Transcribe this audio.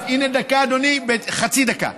הינה, דקה, אדוני, חצי דקה.